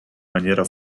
maniera